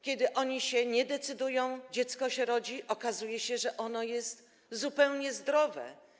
Kiedy oni się nie decydują, dziecko się rodzi i okazuje się, że jest zupełnie zdrowe?